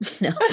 No